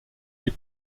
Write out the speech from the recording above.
les